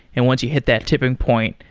and once you hit that tipping point,